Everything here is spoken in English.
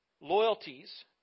loyalties